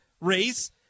race